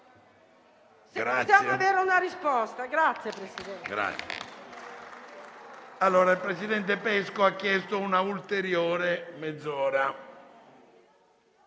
Grazie